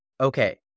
Okay